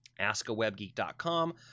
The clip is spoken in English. askawebgeek.com